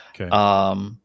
Okay